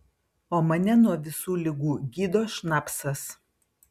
o mane nuo visų ligų gydo šnapsas